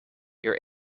your